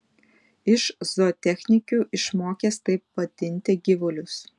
iš zootechnikių išmokęs taip vadinti gyvulius